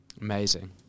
Amazing